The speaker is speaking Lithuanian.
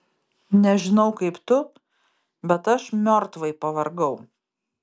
nežinau kaip tu bet aš miortvai pavargau